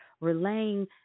relaying